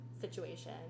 situation